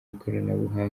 ikoranabunga